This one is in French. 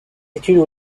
études